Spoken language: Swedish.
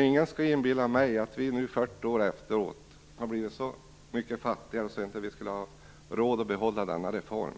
Ingen kan inbilla mig att vi nu 40 år efteråt har blivit så mycket fattigare att vi inte skulle ha råd att behålla denna reform.